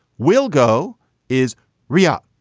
willgo is reha.